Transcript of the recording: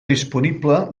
disponible